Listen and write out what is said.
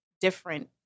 different